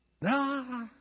No